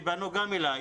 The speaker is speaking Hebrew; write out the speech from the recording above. שפנו גם אליי,